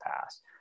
past